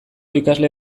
ikasle